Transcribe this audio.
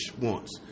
wants